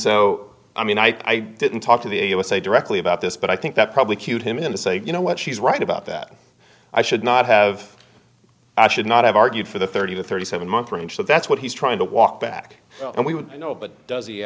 so i mean i didn't talk to the usa directly about this but i think that probably cued him in to say you know what she's right about that i should not have i should not have argued for the thirty to thirty seven month range so that's what he's trying to walk back and we would know but does he